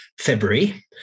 February